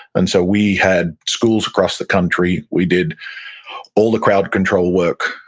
and so we had schools across the country. we did all the crowd control work,